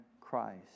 Christ